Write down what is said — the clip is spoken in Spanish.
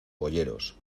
boyeros